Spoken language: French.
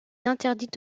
interdite